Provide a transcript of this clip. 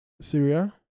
syria